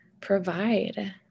provide